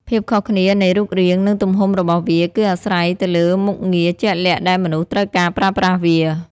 ភាពខុសគ្នានៃរូបរាង និងទំហំរបស់វាគឺអាស្រ័យទៅលើមុខងារជាក់លាក់ដែលមនុស្សត្រូវការប្រើប្រាស់វា។